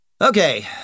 Okay